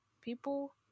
people